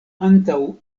antaŭ